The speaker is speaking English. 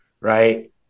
Right